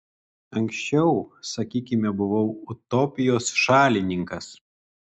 anksčiau sakykime buvau utopijos šalininkas